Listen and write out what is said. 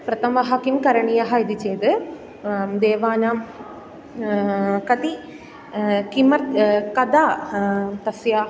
प्रथमः किं करणीयः इति चेद् देवानां कति किमर्थं कदा तस्य